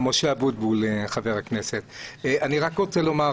אני רק רוצה לומר,